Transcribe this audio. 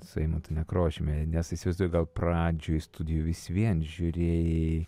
su eimuntu nekrošiumi nes įsivaizduoju gal pradžioj studijų vis vien žiūrėjai